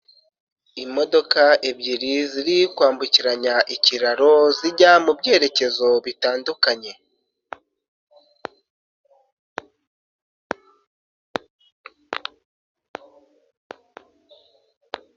Imodoka ebyiri ziri kwambukiranya ikiraro zijya mu byerekezo bitandukanye.